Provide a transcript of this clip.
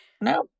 no